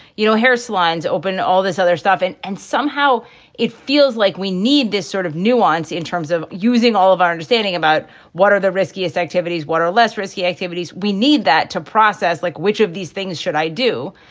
you know, hairlines, open, all this other stuff. and and somehow it feels like we need this sort of nuance in terms of using all of our understanding about what are the riskiest activities, what are less risky activities. we need that to process like which of these things should i do?